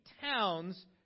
towns